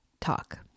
talk